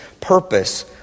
purpose